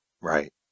Right